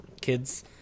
kids